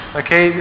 okay